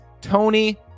Tony